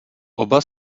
oba